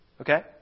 Okay